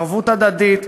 ערבות הדדית,